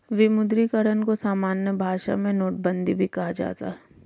विमुद्रीकरण को सामान्य भाषा में नोटबन्दी भी कहा जाता है